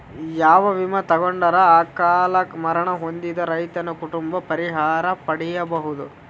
ಯಾವ ವಿಮಾ ತೊಗೊಂಡರ ಅಕಾಲ ಮರಣ ಹೊಂದಿದ ರೈತನ ಕುಟುಂಬ ಪರಿಹಾರ ಪಡಿಬಹುದು?